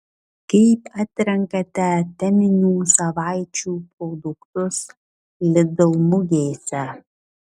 kaip atrenkate teminių savaičių produktus lidl mugėse